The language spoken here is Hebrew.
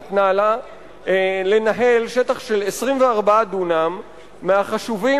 נתנה לה לנהל שטח של 24 דונם מהחשובים,